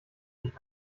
nicht